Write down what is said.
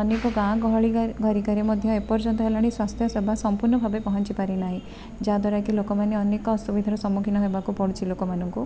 ଅନେକ ଗାଁ ଗହଳି ଘରିକାରେ ମଧ୍ୟ ଏପର୍ଯ୍ୟନ୍ତ ହେଲାଣି ସ୍ଵାସ୍ଥ୍ୟସେବା ସମ୍ପୂର୍ଣ୍ଣ ଭାବେ ପହଞ୍ଚି ପାରିନାହିଁ ଯାହାଦ୍ୱାରା କି ଲୋକମାନେ ଅନେକ ଅସୁବିଧାର ସମ୍ମୁଖୀନ ହେବାକୁ ପଡ଼ୁଛି ଲୋକମାନଙ୍କୁ